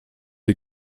die